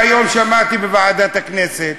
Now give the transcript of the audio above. שהיום שמעתי בוועדת הכנסת,